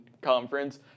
conference